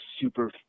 super